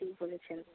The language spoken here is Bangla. ঠিক বলেছেন